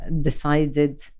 decided